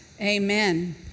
Amen